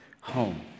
home